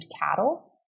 cattle